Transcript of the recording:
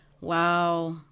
Wow